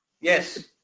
Yes